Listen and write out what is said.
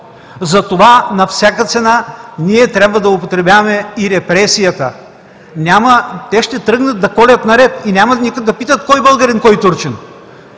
Затова на всяка цена ние трябва да употребяваме и репресията. Те ще тръгнат да колят наред и няма да питат кой българин, кой турчин,